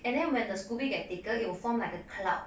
and then when the scoby get thicker it will form like a cloud